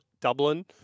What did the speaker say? Dublin